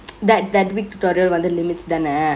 that that week tutorial வந்து:vanthu limits தானே:thaane